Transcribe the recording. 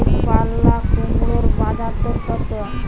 একপাল্লা কুমড়োর বাজার দর কত?